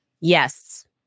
Yes